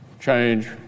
change